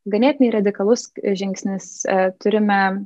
ganėtinai radikalus žingsnis turime